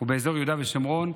ואזור יהודה ושומרון.